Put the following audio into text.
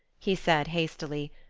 he said hastily.